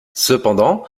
cependant